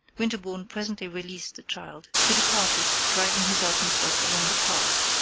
winterbourne presently released the child, who departed, dragging his alpenstock along the path.